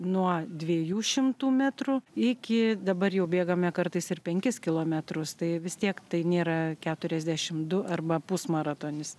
nuo dviejų šimtų metrų iki dabar jau bėgame kartais ir penkis kilometrus tai vis tiek tai nėra keturiasdešim du arba pusmaratonis